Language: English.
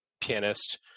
pianist